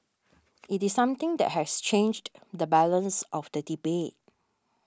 it is something that has changed the balance of the debate